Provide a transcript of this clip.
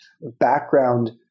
background